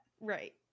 Right